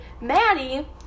Maddie